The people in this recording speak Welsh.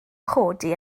chodi